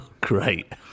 Great